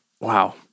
Wow